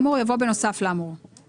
בואי נלך ביחד לחפש אותם באולם ירושלים.